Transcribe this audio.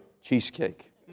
cheesecake